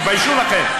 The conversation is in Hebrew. תתביישו לכם.